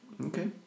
Okay